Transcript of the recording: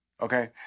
Okay